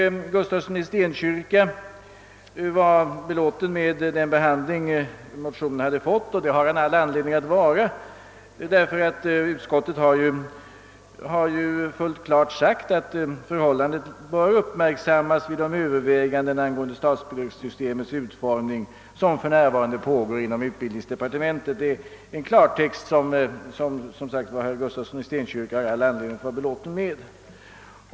Herr Gustafsson i Stenkyrka var belåten med den behandling hans motion fått, och det har han anledning att vara; utskottet har ju fullt klart sagt att förhållandet bör uppmärksammas vid de överväganden angående statsbidragssystemets utformning som för närvarande pågår inom utbildningsdepartementet. Det är en klartext som herr Gustafsson i Stenkyrka har all anledning att vara belåten med.